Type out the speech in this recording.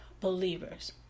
believers